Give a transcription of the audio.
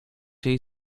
jej